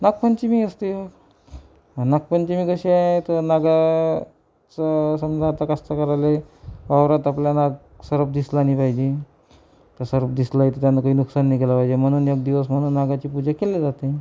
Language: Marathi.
नागपंचमी असते नागपंचमी कशी आहे तर नागाचं समजा आता कास्तकऱ्याला वावरात आपल्याला सर्प दिसला नाही पाहिजे सर्प दिसला तर त्याला काही नुकसान नाही केलं पाहिजे म्हणून एक दिवस म्हणून नागाची पूजा केली जाते